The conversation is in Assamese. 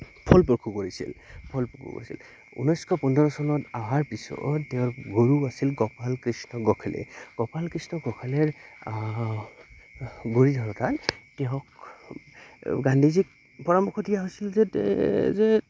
ফলপ্ৰসু কৰিছিল ফলপ্ৰসু কৰিছিল ঊনৈছশ পোন্ধৰ চনত আহাৰ পিছত তেওঁৰ গুৰু আছিল গোপাল কৃষ্ণ গোখলে গোপাল কৃষ্ণ গোখলীৰ গুৰি ধৰোঁতা তেওঁক গান্ধীজী পৰামৰ্শ দিয়া হৈছিল যে যে